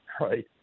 Right